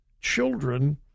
children